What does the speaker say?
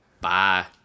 Bye